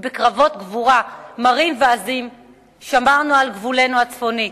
ובקרבות גבורה מרים ועזים שמרנו על גבולנו הצפוני.